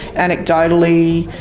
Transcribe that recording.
anecdotally,